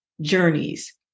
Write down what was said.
journeys